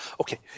Okay